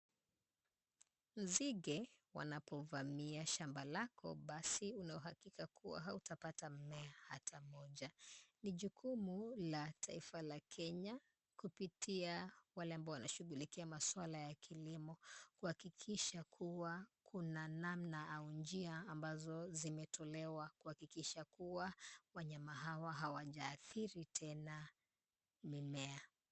Nzige wanapovamia shamba lako basi una uhakika kuwa hatapata mmea ata mmoja. Ni jukumu la taifa la Kenya kupitia wale ambao wanashughulikia maswala ya kilimo kuhakikisha kuwa kuna namna au njia ambazo zimetolewa kuhakikisha kuwa wanyama hawa hawajaathiri tena mimea.